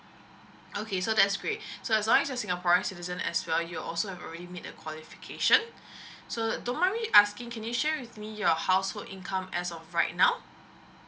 okay so that's great so as long as you're singaporean citizen as well you also have already meet the qualification so don't mind me asking can you share with me your household income as of right now